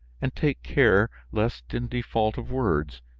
and take care lest, in default of words,